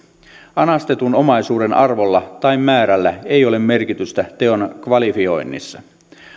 anastetun omaisuuden arvolla tai määrällä ei ole merkitystä teon kvalifioinnissa